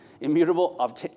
immutable